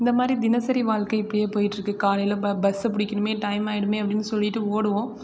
இந்த மாரி தினசரி வாழ்க்கை இப்படியே போயிட்டு இருக்கும் காலையில பஸ்ஸை பிடிக்கணுமே டைம் ஆயிடுமே அப்படினு சொல்லிவிட்டு ஓடுவோம்